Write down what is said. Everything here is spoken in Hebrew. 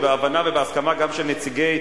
בהבנה ובהסכמה גם של נציגי,